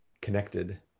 connected